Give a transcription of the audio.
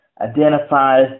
identifies